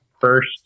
first